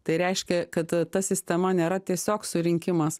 tai reiškia kada ta sistema nėra tiesiog surinkimas